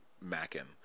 Mackin